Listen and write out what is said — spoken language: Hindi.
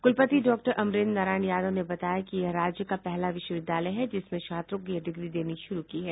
कुलपति डॉक्टर अमरेन्द्र नारायण यादव ने बताया कि यह राज्य का पहला विश्वविद्यालय है जिसने छात्रों को यह डिग्री देनी शुरू की है